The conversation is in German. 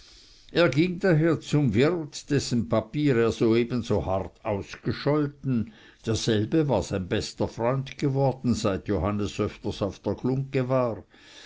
er ging daher zum wirt dessen papier er soeben so hart ausgescholten derselbe war sein bester freund geworden seit johannes öfters auf der glungge war